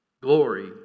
Glory